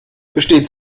besteht